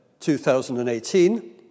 2018